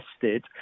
tested